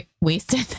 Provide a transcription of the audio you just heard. wasted